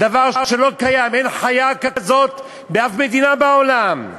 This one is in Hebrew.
דבר שלא קיים, אין חיה כזאת בשום מדינה בעולם.